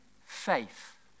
faith